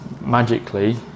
Magically